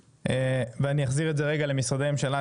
אני אחזיר את זה למשרדי הממשלה,